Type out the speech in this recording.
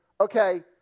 okay